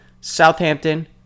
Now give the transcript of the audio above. Southampton